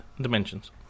dimensions